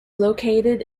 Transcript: located